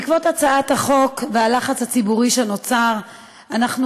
בעקבות הצעת החוק והלחץ הציבורי שנוצר אנחנו